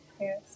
Yes